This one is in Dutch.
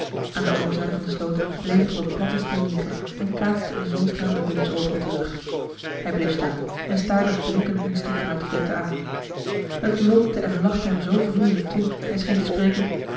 aan de overzijde van de sloot bleef het op een platten steen liggen en kaatste een zonnestraal naar willems oogen terug hij bleef staan en staarde het blinkend muntstuk van uit de verte aan het lonkte en lachte hem zoo vriendelijk toe en scheen te spreken